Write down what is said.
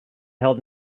held